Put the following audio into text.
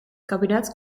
kabinet